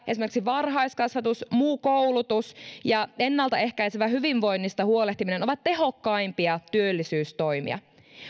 esimerkiksi varhaiskasvatus muu koulutus ja ennalta ehkäisevä hyvinvoinnista huolehtiminen ovat tehokkaimpia työllisyystoimia